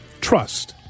Trust